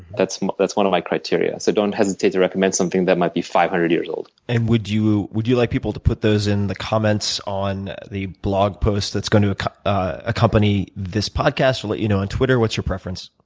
that's that's one of my criteria. so don't hesitate to recommend something that might be five hundred years old. and would you would you like people to put those in the comments on the blog post that's going to accompany this podcast, let you know on twitter, what's your preference?